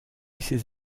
ses